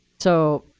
so